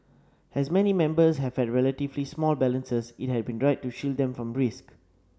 as many members have had relatively small balances it has been right to shield them from risk